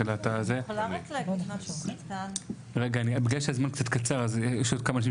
בגלל שהזמן קצת קצר יש עוד כמה אנשים